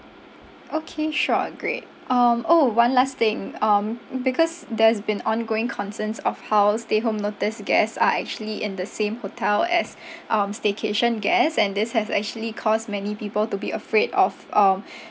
okay sure great um !ow! one last thing um because there's been ongoing concerns of house stay home notice guests are actually in the same hotel as um staycation guests and this has actually caused many people to be afraid of um